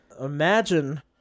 imagine